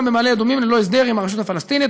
במעלה-אדומים ללא הסדר עם הרשות הפלסטינית.